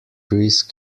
risk